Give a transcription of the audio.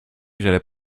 j’allais